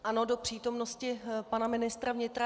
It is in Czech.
Ano, do přítomnosti pana ministra vnitra.